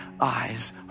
eyes